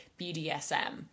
BDSM